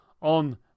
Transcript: on